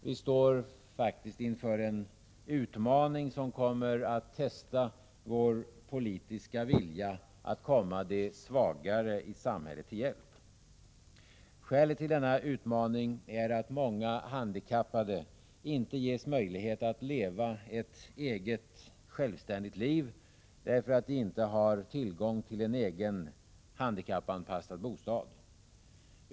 Vi står inför en utmaning, som kommer att testa vår politiska vilja att komma de svagare i samhället till hjälp. Skälet till denna utmaning är att många handikappade inte ges möjlighet att leva ett eget och självständigt liv, därför att de inte har tillgång till en egen handikappanpassad bostad.